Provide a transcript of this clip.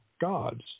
gods